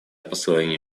послание